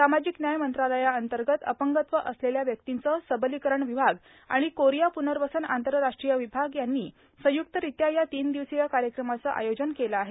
सामाजिक न्याय मंत्रालयाअंतर्गत अपंगत्व असलेल्या व्यक्तींचे सबलीकरण विभाग आणि कोरिया प्नर्वसन आंतरराष्ट्रीय विभाग यांनी संयुक्तरित्या या तीन दिवसीय कार्यक्रमाचे आयोजन केले आहे